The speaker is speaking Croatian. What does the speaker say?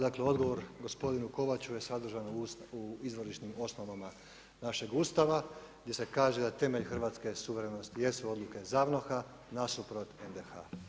Dakle, odgovor gospodinu Kovaču je sadržan u izvorišnim osnovama našeg Ustava gdje se kaže da temelj hrvatske suverenosti jesu odluke ZAVNOH-a nasuprot NDH.